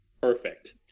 Perfect